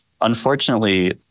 unfortunately